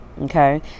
okay